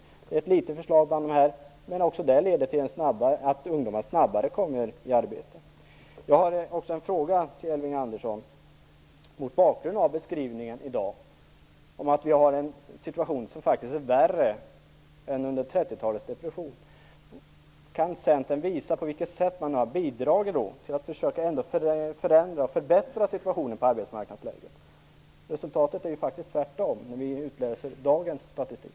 Det är ett förslag bland många, men också det leder till att ungdomar snabbare kommer i arbete. Jag har en fråga till Elving Andersson, mot bakgrund av beskrivningen att vi i dag har en situation som är värre än under 30-talets depression. Kan Centern visa på vilket sätt man har bidragit för att förbättra arbetsmarknadsläget? Resultatet har faktiskt blivit det motsatta. Det kan man utläsa av dagens statistik.